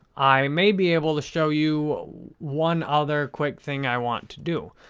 i may be able to show you one other quick thing i want to do.